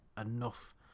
enough